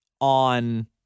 on